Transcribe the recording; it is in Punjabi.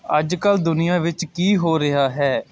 ਅੱਜ ਕੱਲ੍ਹ ਦੁਨੀਆ ਵਿੱਚ ਕੀ ਹੋ ਰਿਹਾ ਹੈ